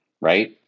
right